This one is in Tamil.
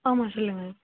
ஆமாம் சொல்லுங்கள்